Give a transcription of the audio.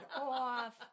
off